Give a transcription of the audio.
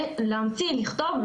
לכתוב,